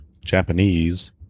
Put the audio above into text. Japanese